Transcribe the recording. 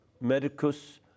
medicus